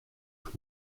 plus